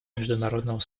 международного